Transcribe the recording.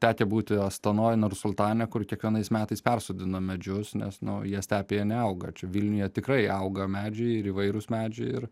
tekę būti astanoj nursultane kur kiekvienais metais persodina medžius nes nu jie stepėje neauga čia vilniuje tikrai auga medžiai ir įvairūs medžiai ir